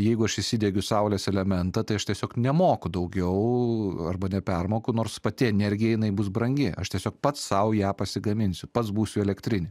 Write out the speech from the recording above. jeigu aš įsidiegiu saulės elementą tai aš tiesiog nemoku daugiau arba nepermoku nors pati energija jinai bus brangi aš tiesiog pats sau ją pasigaminsiu pats būsiu elektrinė